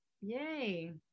Yay